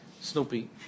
Snoopy